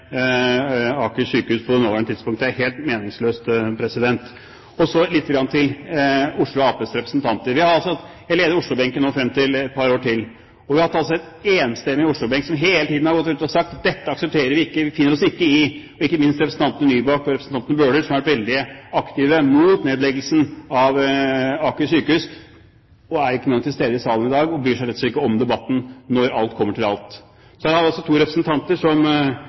Aker sykehus på det nåværende tidspunkt. Det er helt meningsløst. Så lite grann til Oslo Arbeiderpartis representanter. Jeg leder oslobenken nå et par år til. Vi har altså hatt en enstemmig oslobenk som hele tiden har gått rundt og sagt: Dette aksepterer vi ikke, vi finner oss ikke i det – ikke minst representanten Nybakk og representanten Bøhler, som har vært veldig aktive mot nedleggelsen av Aker sykehus, og er ikke engang til stede i salen i dag og bryr seg rett og slett ikke om debatten når alt kommer til alt. Så her har vi to representanter som